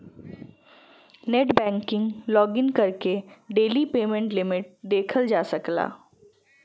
net banking login करके daily payment limit देखल जा सकला